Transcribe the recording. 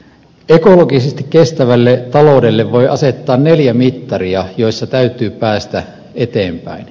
ekologisesti kestävälle taloudelle voi asettaa neljä mittaria joissa täytyy päästä eteenpäin